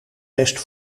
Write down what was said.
best